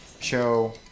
show